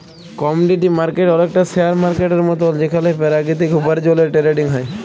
commodity market অলেকটা share মার্কেটের মতল যেখালে পেরাকিতিক উপার্জলের টেরেডিং হ্যয়